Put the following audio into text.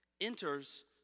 Enters